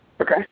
Okay